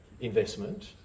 investment